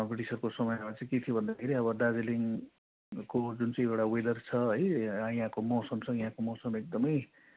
ब्रिटिसहरूको समयमा चाहिँ के थियो भन्दाखेरि अब दार्जिलिङको जुन चाहिँ एउटा वेदर छ है यहाँको मौसम छ यहाँको मौसम एकदम